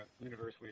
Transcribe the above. universally